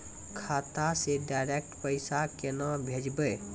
खाता से डायरेक्ट पैसा केना भेजबै?